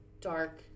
dark